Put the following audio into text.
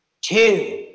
Two